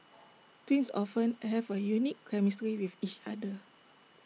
twins often have A unique chemistry with each other